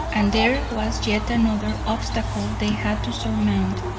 and there was yet another obstacle they had to surmount,